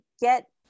get